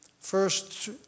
First